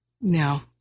No